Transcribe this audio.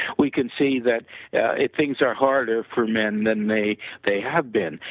we can see that things are harder for men than they they have been.